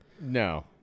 no